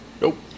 Nope